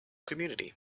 community